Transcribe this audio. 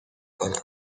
کنم